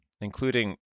including